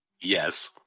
Yes